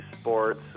sports